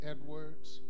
Edwards